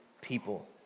people